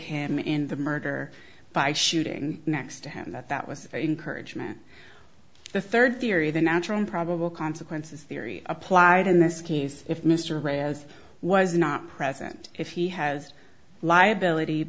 him in the murder by shooting next to him that that was a encouragement the third theory the natural probable consequences theory applied in this case if mr ray as was not present if he has liability